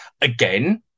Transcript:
Again